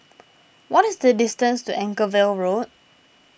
what is the distance to Anchorvale Road